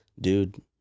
dude